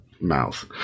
mouth